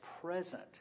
present